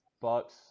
Bucks